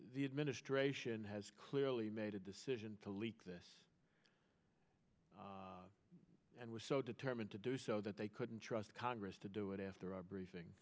the administration has clearly made a decision to leak this and was so determined to do so that they couldn't trust congress to do it after our briefing